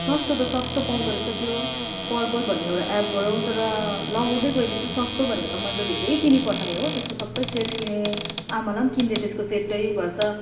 सस्तो त सस्तो पाउँदो रहेछ त्यो पर्पल भन्ने एउटा एपबाट तर लगाउँदै गयो पछि चाहिँ सस्तो भन्दा त मैले त धेरै किनिपठाएँ हो त्यसको सबै सेट किनेँ आमालाई किनिदिएँ त्यसको सेटै भरे त